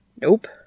Nope